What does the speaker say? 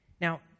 Now